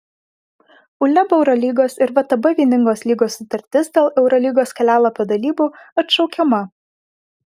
uleb eurolygos ir vtb vieningos lygos sutartis dėl eurolygos kelialapio dalybų atšaukiama